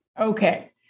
Okay